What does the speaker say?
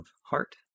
Heart